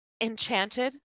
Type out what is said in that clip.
Enchanted